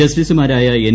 ജസ്റ്റിസുമാരായ എൻ